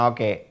Okay